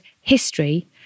HISTORY